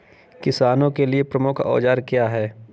किसानों के लिए प्रमुख औजार क्या हैं?